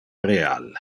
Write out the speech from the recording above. real